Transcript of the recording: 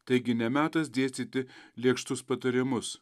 taigi ne metas dėstyti lėkštus patarimus